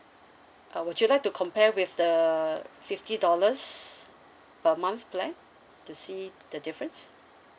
uh would you like to compare with the fifty dollars per month plan to see the difference